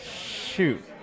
Shoot